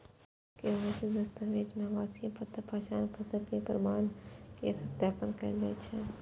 KYC दस्तावेज मे आवासीय पता, पहचान पत्र के प्रमाण के सत्यापन कैल जाइ छै